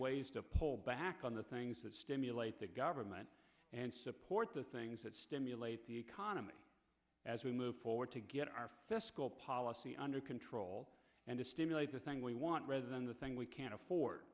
ways to pull back on the things that stimulate the government and support the things that stimulate the economy as we move forward to get our fiscal policy under control and to stimulate the thing we want rather than the thing we can't afford